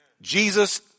Jesus